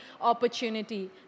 opportunity